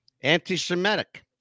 Anti-Semitic